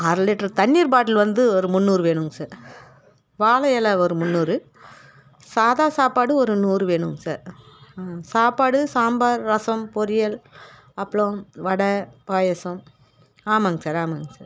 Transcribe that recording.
அரை லிட்ரு தண்ணீர் பாட்டில் வந்து ஒரு முன்னூறு வேணுங் சார் வாழை இல ஒரு முன்னூறு சாதா சாப்பாடு ஒரு நூறு வேணுங் சார் சாப்பாடு சாம்பார் ரசம் பொரியல் அப்ளம் வடை பாயசம் ஆமாங் சார் ஆமாங்க சார்